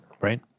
Right